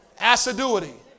Assiduity